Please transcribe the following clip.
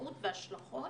משמעות והשלכות